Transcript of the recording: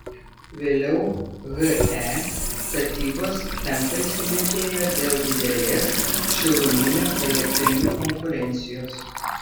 vėliau he statybos tempai sulėtėjo dėl didelės šiluminių elektrinių konkurencijos